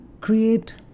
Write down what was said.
create